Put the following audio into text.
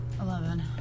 Eleven